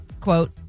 quote